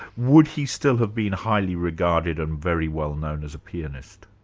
would he still have been highly regarded and very well known as a pianist?